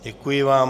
Děkuji vám.